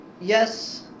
Yes